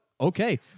Okay